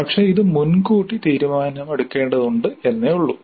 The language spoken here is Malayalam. പക്ഷേ ഇത് മുൻകൂട്ടി തീരുമാനമെടുക്കേണ്ടതുണ്ട് എന്നേ ഉള്ളൂ